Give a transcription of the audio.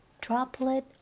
droplet